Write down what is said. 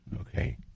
okay